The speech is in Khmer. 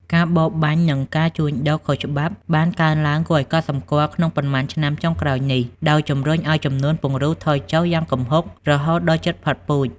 ការបរបាញ់និងការជួញដូរខុសច្បាប់បានកើនឡើងគួរឲ្យកត់សម្គាល់ក្នុងប៉ុន្មានឆ្នាំចុងក្រោយនេះ ដោយជំរុញឲ្យចំនួនពង្រូលថយចុះយ៉ាងគំហុករហូតដល់ជិតផុតពូជ។